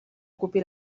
ocupi